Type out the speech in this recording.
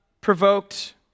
provoked